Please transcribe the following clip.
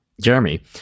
Jeremy